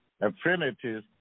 affinities